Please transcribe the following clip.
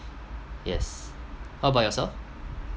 yes how about yourself